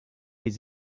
les